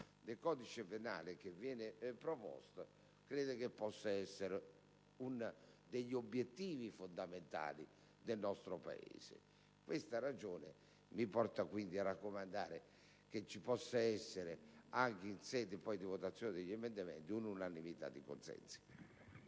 del codice penale che viene proposta, credo possa essere uno degli obiettivi fondamentali del nostro Paese. Questa ragione mi porta a raccomandare che vi possa essere, anche in sede di votazione degli emendamenti, una unanimità di consensi.